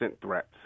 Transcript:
threats